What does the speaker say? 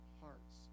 hearts